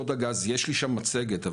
יש לי שם מצגת,